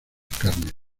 carnes